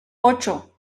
ocho